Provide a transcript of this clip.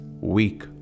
weak